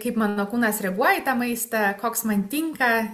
kaip mano kūnas reaguoja į tą maistą koks man tinka